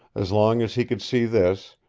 as long as he could see this,